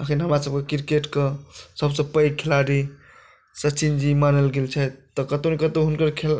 अखन हमरा सबकेँ क्रिकेटके सबसँ पैघ खिलाड़ी सचिन जी मानल गेल छथि तऽ कतहुँ ने कतहुँ हुनकर खेल